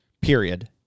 period